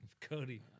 Cody